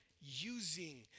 using